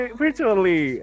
virtually